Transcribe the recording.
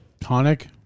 Tonic